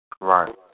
Right